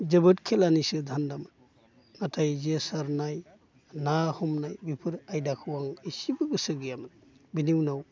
जोबोद खेलानिसो धान्दामोन नाथाय जे सारनाय ना हमनाय बेफोर आयदाखौ आं एसेबो गोसो गैयामोन बिनि उनाव